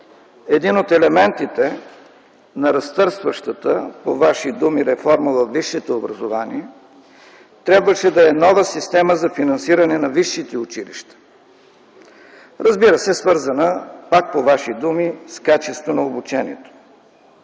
един от елементите на разтърсващата по Ваши думи реформа във висшето образование трябваше да е нова система за финансиране във висшите училища, разбира се, пак по Ваши думи, свързана с качеството на обучението